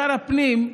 שר הפנים,